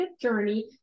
journey